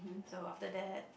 so after that